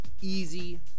easy